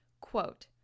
Quote